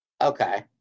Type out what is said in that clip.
Okay